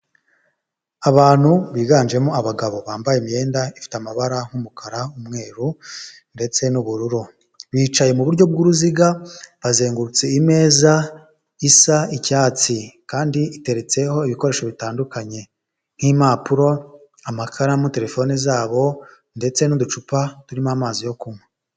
Abantu biganjemo abagabo, bambaye imyenda ifite amabara nk'umukara, umweru, ndetse n'ubururu, bicaye mu buryo bw'uruziga bazengurutse ameza asa icyatsi, kandi iteretseho ibikoresho bitandukanye, nk'impapuro amakara muri telefone zabo ndetse n'uducupa turimo amazi yo kunywa.